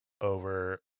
over